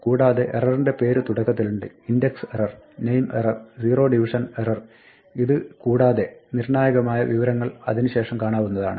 കൂടാതെ എററിന്റെ പേര് തുടക്കത്തിലുണ്ട് index error name error zero division error ഇത് കൂടാതെ നിർണ്ണായകമായ വിവരണങ്ങൾ അതിന് ശേഷം കാണാവുന്നതാണ്